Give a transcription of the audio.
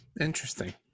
Interesting